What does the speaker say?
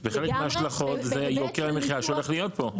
בהיבט פיקוח כלכלי,